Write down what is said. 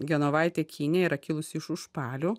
genovaitė kinė yra kilusi iš užpalių